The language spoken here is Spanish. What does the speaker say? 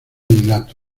dilato